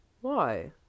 Why